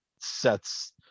sets